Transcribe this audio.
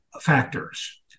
factors